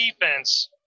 defense